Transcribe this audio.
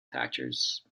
factors